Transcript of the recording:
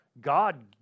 God